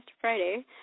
Friday